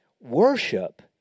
worship